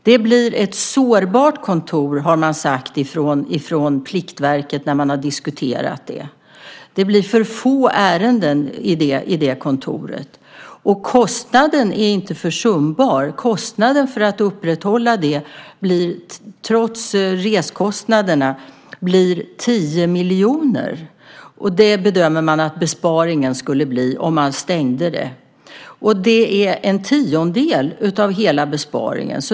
Det blir ett sårbart kontor, har man sagt från Pliktverket när man har diskuterat detta. Det blir för få ärenden på det kontoret. Kostnaden är inte försumbar. Kostnaden för att upprätthålla det är, trots reskostnaderna, 10 miljoner. Det bedömer man att besparingen blir om man stänger det. Det är en tiondel av hela besparingen.